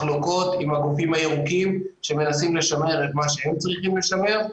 מחלוקות עם הגופים הירוקים שמנסים לשמר את מה שהם צריכים לשמר,